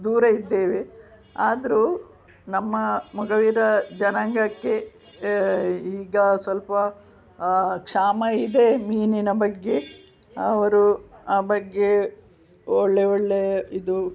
ದೂರ ಇದ್ದೇವೆ ಆದರೂ ನಮ್ಮ ಮೊಗವಿರ ಜನಾಂಗಕ್ಕೆ ಈಗ ಸ್ವಲ್ಪ ಕ್ಷಾಮ ಇದೆ ಮೀನಿನ ಬಗ್ಗೆ ಅವರು ಆ ಬಗ್ಗೆ ಒಳ್ಳೆಯ ಒಳ್ಳೆಯ ಇದು